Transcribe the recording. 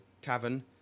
tavern